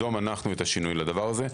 וניזום אנו את השינוי לדבר הזה.